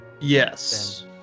Yes